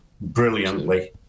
brilliantly